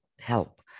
help